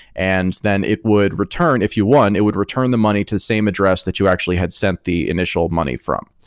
and then it would return. if you won, it would return the money to the same address that you actually had sent the initial money from.